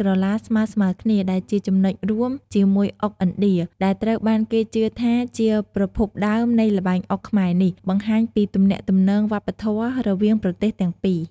ក្រឡាស្មើៗគ្នា ដែលជាចំណុចរួមជាមួយអុកឥណ្ឌា ដែលត្រូវបានគេជឿថាជាប្រភពដើមនៃល្បែងអុកខ្មែរនេះ បង្ហាញពីទំនាក់ទំនងវប្បធម៌រវាងប្រទេសទាំងពីរ។